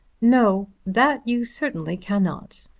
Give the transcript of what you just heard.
no that you certainly cannot.